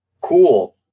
cool